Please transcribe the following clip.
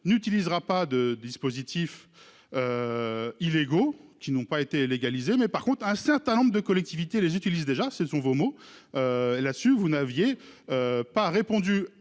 n'utilisera pas de dispositifs. Illégaux qui n'ont pas été légalisée mais par contre un certain nombre de collectivités les utilisent déjà ces sont vos mots. Elle a su, vous n'aviez. Pas répondu